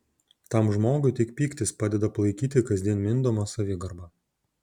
tam žmogui tik pyktis padeda palaikyti kasdien mindomą savigarbą